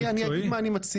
אני אגיד מה אני מציע.